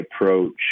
approach